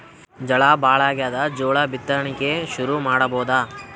ಝಳಾ ಭಾಳಾಗ್ಯಾದ, ಜೋಳ ಬಿತ್ತಣಿಕಿ ಶುರು ಮಾಡಬೋದ?